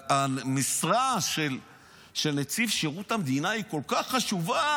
שהמשרה של נציב שירות המדינה היא כל כך חשובה,